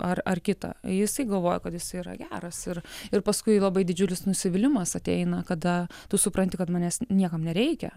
ar ar kitą jisai galvoja kad jis yra geras ir ir paskui labai didžiulis nusivylimas ateina kada tu supranti kad manęs niekam nereikia